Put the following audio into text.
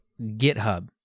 GitHub